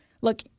Look